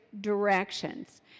directions